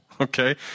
Okay